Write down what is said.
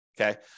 okay